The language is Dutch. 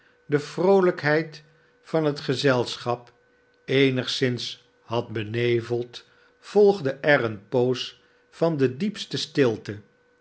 de vroolijkheid van het gezelschap eenigszins had beneveld volgde er eene poos van de diepste stilte